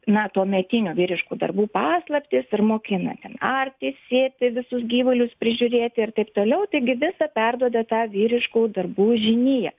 na tuometinių vyriškų darbų paslaptis ir mokinasi arti sėti visus gyvulius prižiūrėti ir taip toliau taigi visa perduoda tą vyriškų darbų žiniją